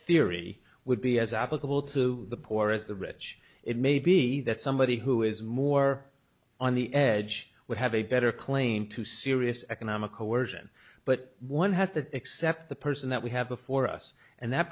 theory would be as applicable to the poor as the rich it may be that somebody who is more on the edge would have a better claim to serious economic coercion but one has to accept the person that we have before us and that